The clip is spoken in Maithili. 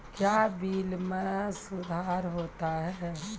क्या बिल मे सुधार होता हैं?